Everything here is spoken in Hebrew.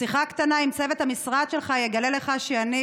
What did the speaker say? שיחה קטנה עם צוות המשרד שלך תגלה לך שאני,